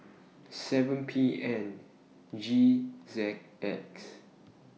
seven P N G Z X